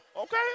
okay